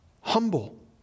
humble